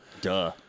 Duh